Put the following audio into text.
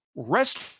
Rest